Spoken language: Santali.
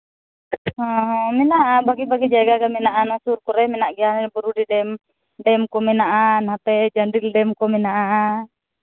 ᱦᱮᱸ ᱢᱮᱱᱟᱜᱼᱟ ᱵᱷᱟᱹᱜᱤ ᱵᱷᱟᱹᱜᱤ ᱡᱟᱭᱜᱟ ᱜᱮ ᱢᱮᱱᱟᱜᱼᱟ ᱥᱩᱨ ᱠᱚᱨᱮᱜ ᱢᱮᱱᱟᱜ ᱜᱮᱭᱟ ᱵᱩᱨᱩᱰᱤ ᱰᱮᱢ ᱰᱮᱢ ᱠᱚ ᱢᱮᱱᱟᱜᱼᱟ ᱱᱚᱛᱮ ᱪᱟᱱᱰᱤᱞ ᱰᱮᱢ ᱠᱚ ᱢᱮᱱᱟᱜᱼᱟ